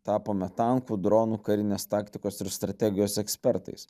tapome tankų dronų karinės taktikos ir strategijos ekspertais